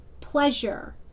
pleasure